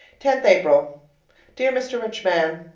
tenth april dear mr. rich-man,